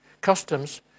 customs